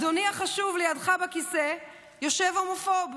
/ אדוני החשוב / לידך בכיסא / יושב הומופוב!